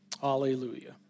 Hallelujah